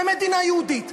ומדינה יהודית,